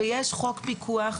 ויש חוק פיקוח,